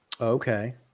Okay